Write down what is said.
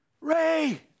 Ray